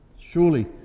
surely